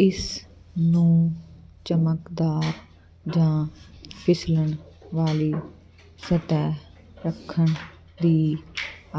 ਇਸ ਨੂੰ ਚਮਕਦਾਰ ਜਾਂ ਫਿਸਲਣ ਵਾਲੀ ਸਤਹ ਰੱਖਣ ਦੀ